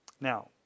Now